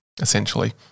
essentially